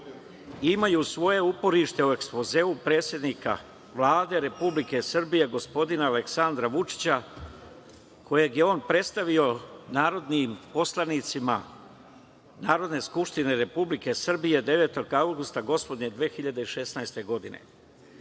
imaju svoje uporište u ekspozeu predsednika Vlade Republike Srbije, gospodina Aleksandra Vučića, kojeg je on predstavio narodnim poslanicima Narodnoj skupštini Republike Srbije 9. avgusta gospodnje 2016. godine.